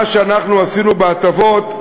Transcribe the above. מה שאנחנו עשינו בהטבות,